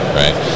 right